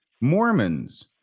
Mormons